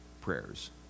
prayers